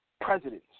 presidents